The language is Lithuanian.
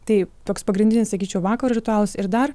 tai toks pagrindinis sakyčiau vakaro ritualas ir dar